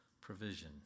provision